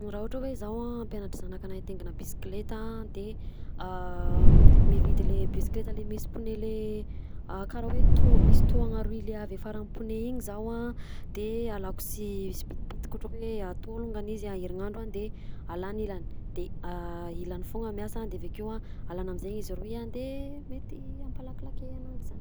Rah ohatra hoe zaho ampianatra zanakanahy hitaingina bisikleta a de mividy le bisikleta le misy pneu le karaha hoe toha- misy tohana roy le avy afara pneu iny zaho a de alako sy sibitibitika ohatra hoe atoro longany izy herignandro a de alana ilany de ilany foagna miasa de avakeo alana amizay izy roy de mety ampalakilaky ananjy zany.